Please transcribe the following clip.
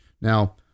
Now